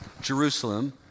Jerusalem